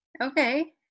Okay